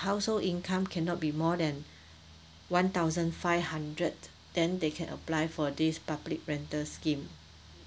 household income cannot be more than one thousand five hundred then they can apply for this public rental scheme